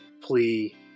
plea